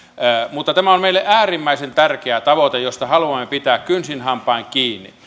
mutta tämä on meille äärimmäisen tärkeä tavoite josta haluamme pitää kynsin hampain kiinni